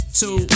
two